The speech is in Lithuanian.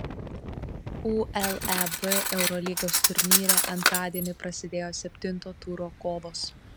uleb eurolygos turnyre antradienį prasidėjo septinto turo kovos